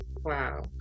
Wow